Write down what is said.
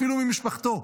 אפילו ממשפחתו,